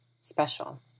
special